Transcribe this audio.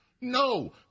No